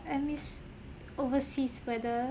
I miss overseas weather